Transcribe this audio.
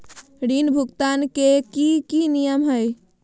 ऋण भुगतान के की की नियम है?